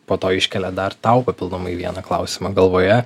po to iškelia dar tau papildomai vieną klausimą galvoje